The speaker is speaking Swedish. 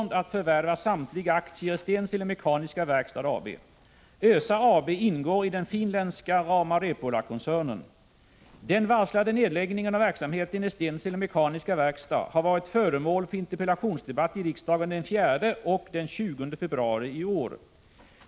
Den varslade nedläggningen av verksamheten i Stensele Mekaniska Verkstad har varit föremål för interpellationsdebatt i riksdagen den 4 och den 20 februari i år.